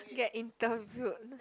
you get in the group